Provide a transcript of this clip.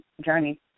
journey